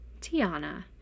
Tiana